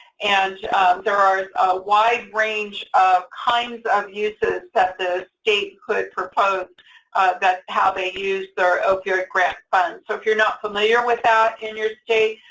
and there are a wide range of kinds of uses that the state could propose that how they use their opioid grant fund. so if you're not familiar with that in your state,